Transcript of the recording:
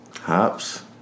Hops